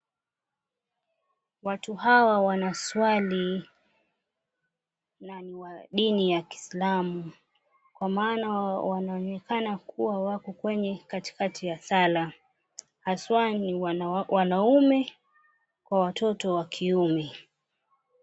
Watu hawa wanaswali na ni wa dini ya kiislamu kwa maana wanaonekana kuwa wako kwenye katikati ya sala. Haswa ni wanaume kwa watoto wa kiume.